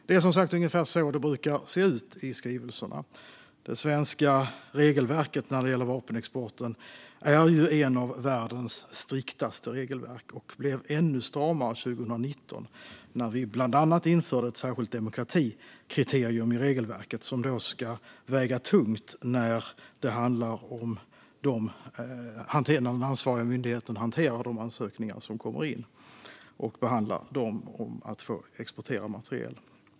Det är som sagt ungefär så det brukar se ut i skrivelserna. Det svenska regelverket för vapenexport är ett av världens striktaste. Det blev ännu stramare 2019 då vi bland annat införde ett särskilt demokratikriterium i regelverket. Det ska väga tungt när den ansvariga myndigheten hanterar och behandlar ansökningarna om att få exportera materiel.